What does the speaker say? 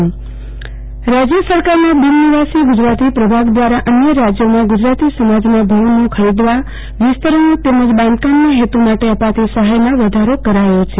આરતીબેન ભદ્દ ગુજરાતી સમાજ ભવનો રાજ્ય સરકારના બિન નિવાસી ગુજરાતી પ્રભાગ દ્વારા અન્ય રાજ્યોમાં ગુજરાતી સમાજના ભવનો ખરીદવા વિસ્તરણ તેમજ બાંધકામના હેતુ માટે અપાતી સહાય માં વધારો કરાયો છે